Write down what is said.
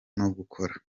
gukora